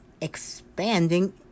expanding